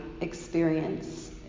experience